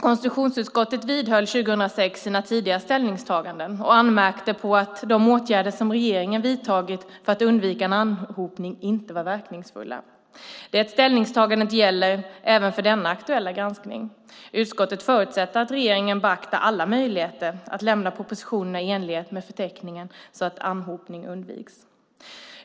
Konstitutionsutskottet vidhöll 2006 sina tidigare ställningstaganden och anmärkte på att de åtgärder som regeringen vidtagit för att undvika en anhopning inte varit verkningsfulla. Det ställningstagandet gäller även för denna aktuella granskning. Utskottet förutsätter att regeringen beaktar alla möjligheter att lämna propositionerna i enlighet med förteckningen så att anhopning undviks.